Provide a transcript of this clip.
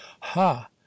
ha